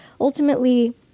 ultimately